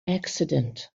accident